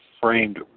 framed